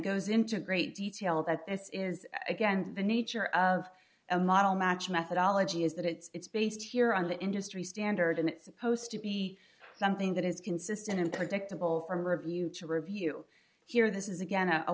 goes into great detail that this is against the nature of a model match methodology is that it's based here on the industry standard and it's supposed to be something that is consistent and predictable from review to review here this is again a